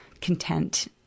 content